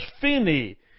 Finney